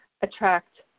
attract